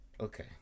okay